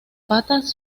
patas